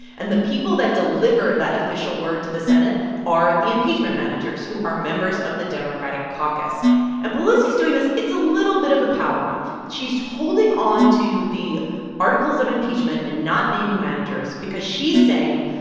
and the people that deliver that official word to the senate are the impeachment managers, who are members of the democratic caucus and pelosi is doing this it's a little bit of a power move. she's holding on to the articles of impeachment and not naming managers because she's saying,